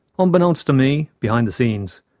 unbeknownst to me, behind the scenes,